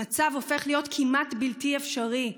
המצב הופך להיות כמעט בלתי אפשרי.